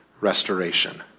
restoration